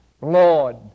Lord